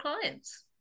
clients